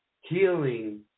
healing